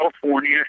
California